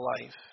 life